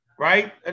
Right